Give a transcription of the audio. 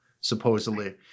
supposedly